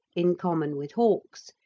in common with hawks,